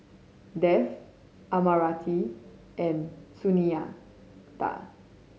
Dev Amartya and Sunita